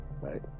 right